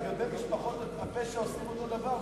לגבי משפחות הפשע עושים את אותו הדבר,